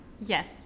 Yes